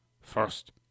first